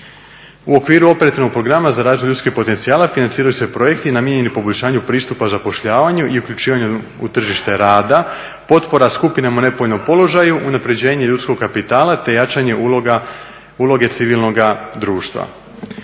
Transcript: U okviru operativnog Programa za Razvoj ljudskih potencijala financiraju se projekti namijenjeni poboljšanju pristupa zapošljavanju i uključivanju u tržište rada, potpora skupina u nepovoljnom položaju, unapređenje ljudskog kapitala te jačanje uloge civilnoga društva.